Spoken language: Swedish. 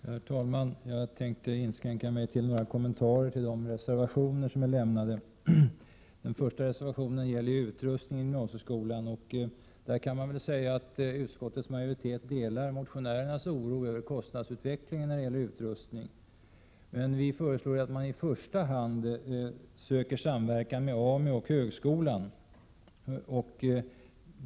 Herr talman! Jag tänker inskränka mig till några kommentarer till de reservationer som är fogade till betänkandet. Reservation 1 gäller utrustning till gymnasieskolan. Utskottets majoritet delar motionärernas oro över kostnadsutvecklingen när det gäller utrustningen, men vi föreslår att man i första hand söker samverkan med AMU och högskolan.